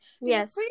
Yes